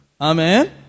Amen